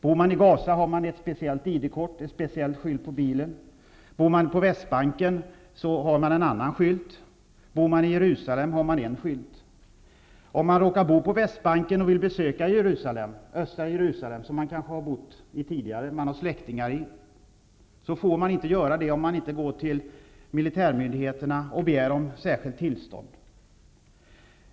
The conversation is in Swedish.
Bor man i Gaza har man ett speciellt ID-kort och en speciell skylt på bilen, bor man på Västbanken har man en annan skylt, och bor man i Jerusalem har man en skylt. Om man råkar bo på Västbanken och vill besöka östra Jerusalem, där man kanske har bott tidigare och har släktingar, får man inte göra det om man inte går till militärmyndigheterna och begär särskilt tillstånd.